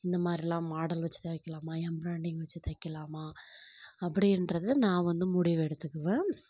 இந்த மாதிரிலாம் மாடல் வச்சு தைக்கலாமா எம்பிராய்டிங் வச்சு தைக்கலாமா அப்படின்றது நான் வந்து முடிவெடுத்துக்குவேன்